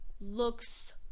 looks